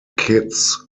kits